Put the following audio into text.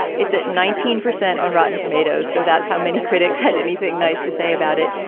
it's at nineteen percent on rotten tomatoes. so that's how many critics had anything nice to say about it.